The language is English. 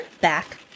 back